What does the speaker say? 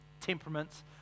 temperaments